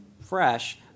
fresh